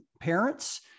parents